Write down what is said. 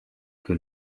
que